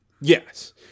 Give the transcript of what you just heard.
Yes